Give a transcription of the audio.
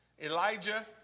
Elijah